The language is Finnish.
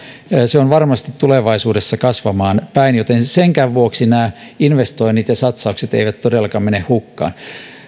se on varmasti tulevaisuudessa kasvamaan päin joten senkään vuoksi nämä investoinnit ja satsaukset eivät todellakaan mene hukkaan